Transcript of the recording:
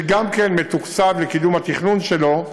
שגם קידום התכנון שלו מתוקצב,